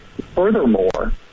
Furthermore